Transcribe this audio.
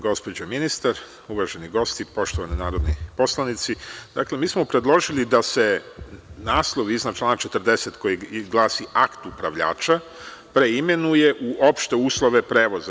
Gospođo ministar, uvaženi gosti, poštovani narodni poslanici, mi smo predložili da se naslov iznad člana 40. koji glasi „akt upravljača“, preimenuje u „opšte uslove prevoza“